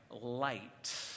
light